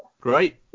great